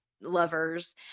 lovers